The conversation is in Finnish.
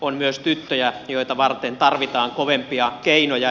on myös tyttöjä joita varten tarvitaan kovempia keinoja